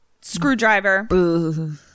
screwdriver